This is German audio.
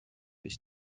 ich